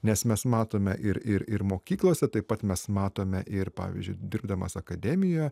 nes mes matome ir ir ir mokyklose taip pat mes matome ir pavyzdžiui dirbdamas akademijoje